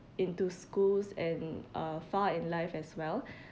into schools and uh far in life as well